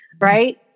right